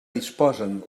disposen